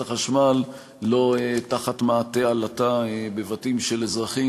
החשמל לא תחת מעטה עלטה בבתים של אזרחים,